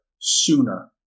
sooner